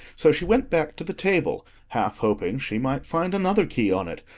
so she went back to the table, half hoping she might find another key on it,